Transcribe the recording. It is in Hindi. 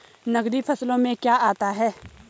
नकदी फसलों में क्या आता है?